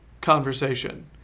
conversation